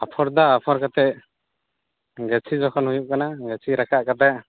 ᱟᱯᱷᱚᱨ ᱫᱟ ᱟᱯᱷᱚᱨ ᱠᱟᱛᱮᱫ ᱜᱟᱹᱪᱷᱤ ᱡᱚᱠᱷᱚᱱ ᱦᱩᱭᱩᱜ ᱠᱟᱱᱟ ᱜᱟᱹᱪᱷᱤ ᱨᱟᱠᱟᱵ ᱠᱟᱛᱮᱫ